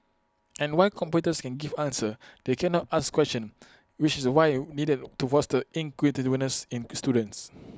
and while computers can give answers they cannot ask questions which is while needed to foster inquisitiveness in students